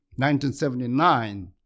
1979